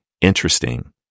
interesting